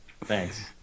Thanks